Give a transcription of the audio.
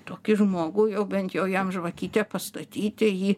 tokį žmogų jau bent jau jam žvakytę pastatyti jį